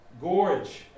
gorge